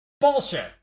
Bullshit